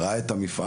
ראה את המפעל,